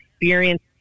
experience